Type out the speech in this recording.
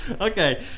Okay